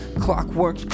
Clockwork